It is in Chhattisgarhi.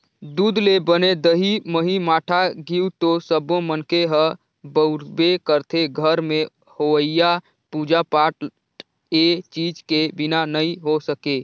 दूद ले बने दही, मही, मठा, घींव तो सब्बो मनखे ह बउरबे करथे, घर में होवईया पूजा पाठ ए चीज के बिना नइ हो सके